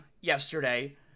yesterday